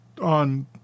on